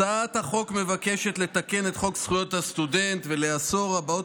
הצעת החוק מבקשת לתקן את חוק זכויות הסטודנט ולאסור הבעות